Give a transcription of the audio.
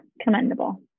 commendable